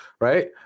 right